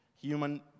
human